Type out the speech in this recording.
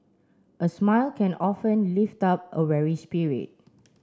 a smile can often lift up a weary spirit